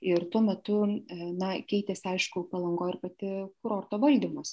ir tuo metu na keitėsi aišku palangoj ir pati kurorto valdymas